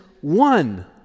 one